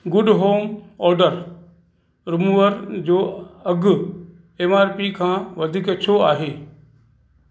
good home odour remover जो अघु M R P खां वधीक छो आहे